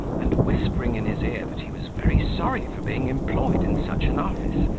and whispering in his ear, that he was very sorry for being employed in such an office,